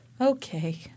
Okay